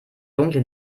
dunkle